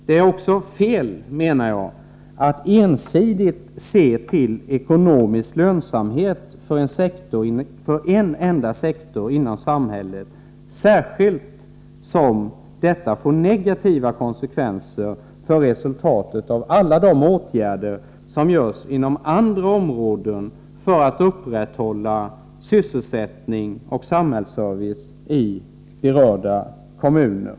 Det är också fel, menar jag, att ensidigt se till ekonomisk lönsamhet för en enda sektor inom samhället, särskilt som detta får negativa konsekvenser för resultatet av alla de åtgärder som vidtas inom andra områden för att upprätthålla sysselsättning och samhällsservice i berörda kommuner.